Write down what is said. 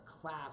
class